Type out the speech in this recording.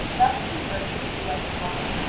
thus conversing they went along,